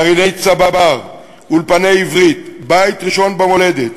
גרעיני "צבר", אולפני עברית, "בית ראשון במולדת".